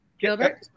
Gilbert